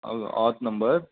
हय होत नंबर